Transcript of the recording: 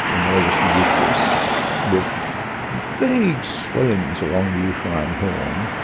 and there was the uterus with vague swellings along the uterine horn.